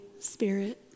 Spirit